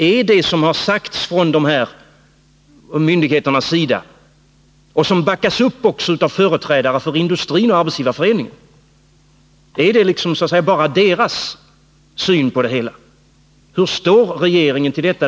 Är det som har sagts från de aktuella myndigheternas sida — och som också backas upp av företrädare för industrin och Arbetsgivareföreningen — så att säga bara deras syn på det hela? Hur ställer sig regeringen till detta?